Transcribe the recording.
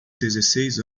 dezesseis